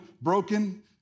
broken